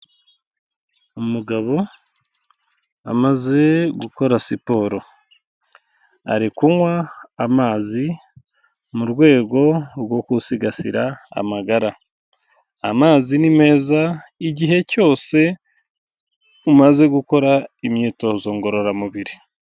Umugabo amaze gukora siporo. Ari kunywa amazi, mu rwego rwo gusigasira amagara. Amazi ni meza, igihe cyose umaze gukora, imyitozo ngororamubiri.